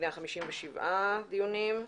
157 דיונים.